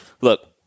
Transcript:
look